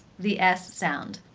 the s sound.